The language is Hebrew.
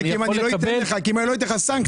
אני יכול לקבל --- כי אם אני לא אטיל עליך סנקציה,